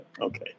Okay